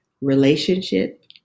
relationship